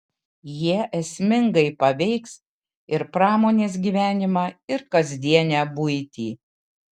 jie esmingai paveiks ir pramonės gyvenimą ir kasdienę buitį